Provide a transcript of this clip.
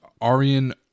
Arian